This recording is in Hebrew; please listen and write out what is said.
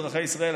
אזרחי ישראל,